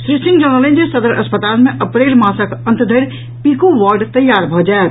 श्री सिंह जनौलनि जे सदर अस्पताल मे अप्रैल मासक अंत धरि पीकू वार्ड तैयार भऽ जायत